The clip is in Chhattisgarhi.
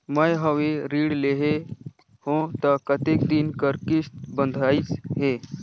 मैं हवे ऋण लेहे हों त कतेक दिन कर किस्त बंधाइस हे?